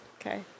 Okay